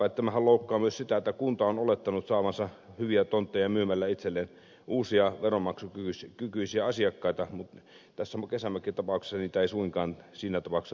tämähän loukkaa myös sitä että kunta on olettanut hyviä tontteja myymällä saavansa itselleen uusia veronmaksukykyisiä asiakkaita mutta tässä kesämök kitapauksessa niitä ei suinkaan tule